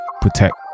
protect